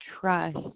trust